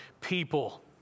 people